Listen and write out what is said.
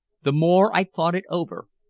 the more i thought it over,